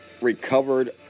recovered